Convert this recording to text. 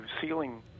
ceiling